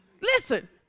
listen